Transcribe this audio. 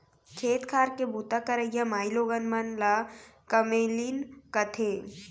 खेत खार के बूता करइया माइलोगन मन ल कमैलिन कथें